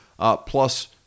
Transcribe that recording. plus